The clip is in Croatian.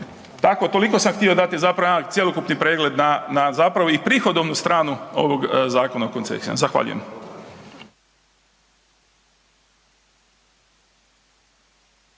tako, toliko sam htio dati zapravo jedan cjelokupni pregled na, na zapravo i prihodovnu stranu ovog Zakona o koncesijama. Zahvaljujem.